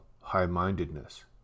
high-mindedness